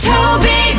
Toby